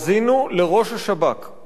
אף פעם לא האמנתי שאני אגיד כזה דבר.